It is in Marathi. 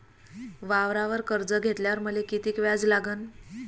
वावरावर कर्ज घेतल्यावर मले कितीक व्याज लागन?